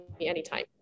anytime